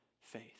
faith